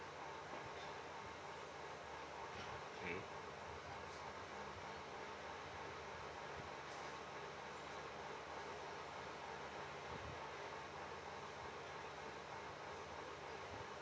mm